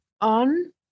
on